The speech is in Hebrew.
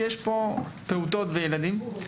יש פה פעוטות וילדים.